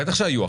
בטח שהיו,